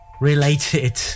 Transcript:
related